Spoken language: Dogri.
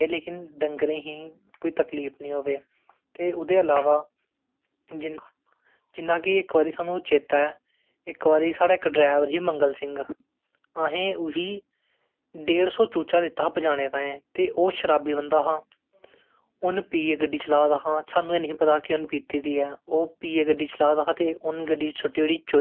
ते और बी बड़ी पैहले पैहले जमाने तुस दिक्खदे हे ओ कि बच्चे लोकें दे बेह्डे़ होंदे हे ओहदे उप्पर लोक दिवारें उप्पर पेंटिंगा बनांदे आर्ट कराफ्ट करदे हे ते अजकल ते स्हानू इन्ना किश कच्चा किश स्हानू लभदा नेईं ऐ क्योंकि अजकल लोक बडे़ माॅर्डन होई चुके दे ना पर अज्जै दी गल्ल करचै ते जेहड़ी साढ़ी हून